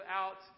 out